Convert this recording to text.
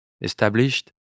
established